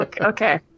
Okay